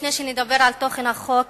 לפני שנדבר על תוכן החוק,